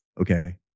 okay